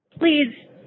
please